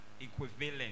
equivalent